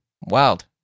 Wild